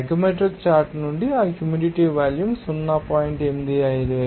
psychometric chart నుండి ఆ humidity volume 0